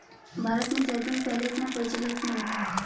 भारत में जैतून पहले इतना प्रचलित नहीं था